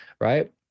Right